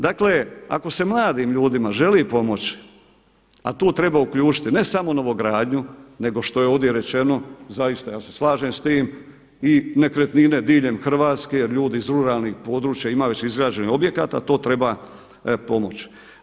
Dakle, ako se mladim ljudima želi pomoći, a tu treba uključiti ne samo novogradnju nego što je ovdje rečeno, zaista ja se slažem s tim i nekretnine diljem Hrvatske jer ljudi iz ruralnih područja imaju već izgrađene objekte, a to treba pomoći.